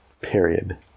Period